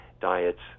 diets